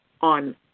on